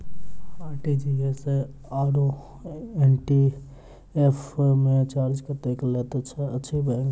RTGS आओर NEFT मे charge कतेक लैत अछि बैंक?